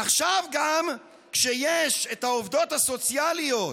עכשיו, גם כשיש את העובדות הסוציאליות,